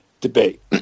debate